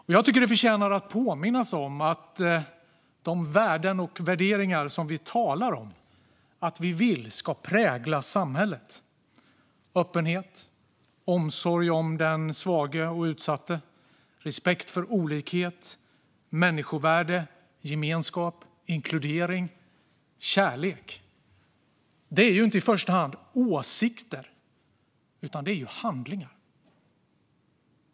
Jag tycker att det förtjänar att påminnas om de värden och värderingar som vi talar om att vi vill ska prägla samhället: öppenhet, omsorg om den svage och utsatte, respekt för olikhet, människovärde, gemenskap, inkludering och kärlek. Det är inte i första hand åsikter, utan det är handlingar.